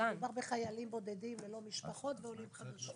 מדובר בחיילים בודדים ולא משפחות ועולים חדשים.